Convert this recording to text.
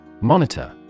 Monitor